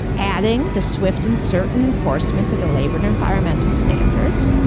adding the swift and certain enforcement of the labor and environmental standards,